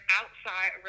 outside